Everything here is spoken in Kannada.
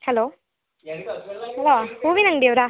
ಹಲೋ ಹಲೋ ಹೂವಿನ ಅಂಗ್ಡಿಯವರಾ